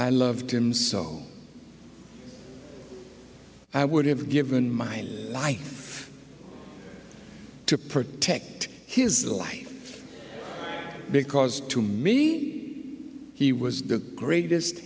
i loved him so i would have given my life to protect his life because to me he was the greatest